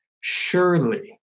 Surely